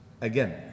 again